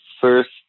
first